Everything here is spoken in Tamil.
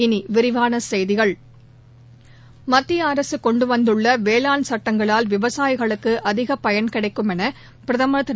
இனி விரிவான செய்திகள் மத்திய அரசு கொண்டு வந்துள்ள வேளாண் சட்டங்களால் விவசாயிகளுக்கு அதிக பயன் கிடைக்கும் பிரதமர் என திரு